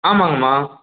ஆமாங்கம்மா